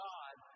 God